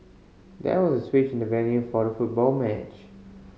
there was switch in the venue for the football match